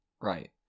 Right